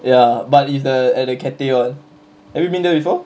ya but is uh at the cathay one have you been there before